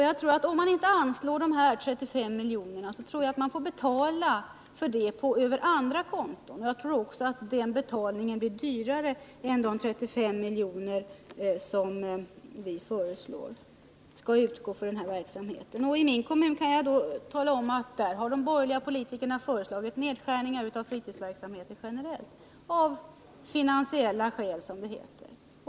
Jag tror att om man inte anslår 35 miljoner till detta, så får man betala det via andra konton. Jag tror också att det blir dyrare än 35 miljoner, som vi föreslår skall utgå till denna verksamhet. I min hemkommun har de borgerliga politikerna föreslagit nedskärningar generellt av fritidsverksamheten — av finansiella skäl, som det heter.